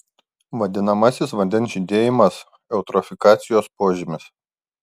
vadinamasis vandens žydėjimas eutrofikacijos požymis